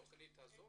בתכנית.